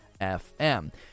FM